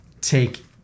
take